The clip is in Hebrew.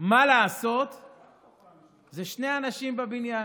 מה לעשות זה שני אנשים בבניין: